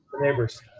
neighbors